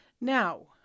Now